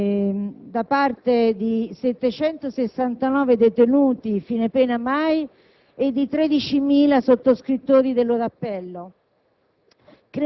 da parte di 769 detenuti «fine pena mai» e di 13.000 sottoscrittori del loro appello.